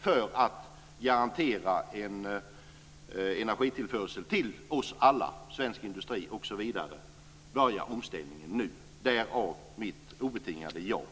för att kunna garantera en energitillförsel till oss alla, svensk industri, osv., börja omställningen nu. Därav mitt obetingade ja.